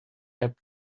app